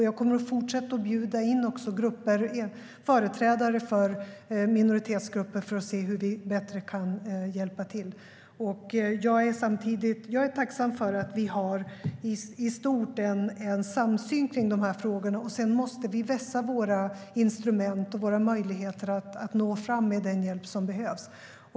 Jag kommer att fortsätta att bjuda in också företrädare för minoritetsgrupper för att se hur vi bättre kan hjälpa till. Jag är tacksam för att vi i stort har en samsyn i frågorna. Sedan måste vi vässa våra instrument och våra möjligheter att nå fram med den hjälp som behövs.